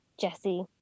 Jesse